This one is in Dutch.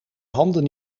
handen